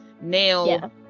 nail